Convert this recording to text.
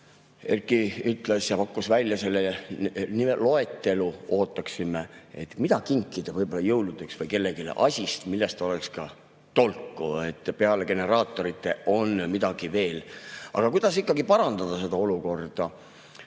ütles ja pakkus välja selle loetelu, mida kinkida võib-olla jõuludeks kellelegi asist, millest oleks ka tolku, et peale generaatorite on midagi veel. Aga kuidas ikkagi parandada seda olukorda?